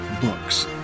books